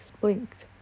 blinked